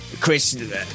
Chris